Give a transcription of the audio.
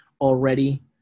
already